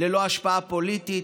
ללא השפעה פוליטית,